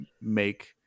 make